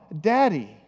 Daddy